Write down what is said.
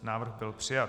Návrh byl přijat.